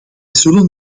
zullen